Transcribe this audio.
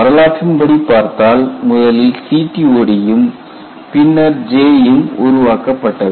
வரலாற்றின்படி பார்த்தால் முதலில் CTOD யும் பின்னர் J யும் உருவாக்கப்பட்டது